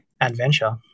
adventure